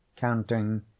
counting